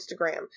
Instagram